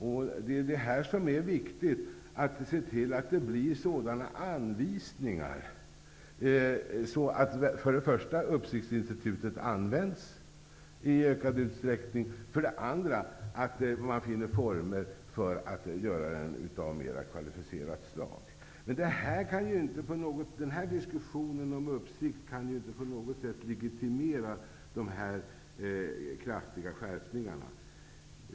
För det första är det viktigt att se till att det blir sådana anvisningar att uppsiktsinstitutet används i ökad utsträckning och för det andra att man finner former att göra det mer kvalificerat. Men den här diskussionen om uppsikt kan inte på något sätt legitimera de kraftiga skärpningarna.